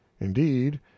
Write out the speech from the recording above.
Indeed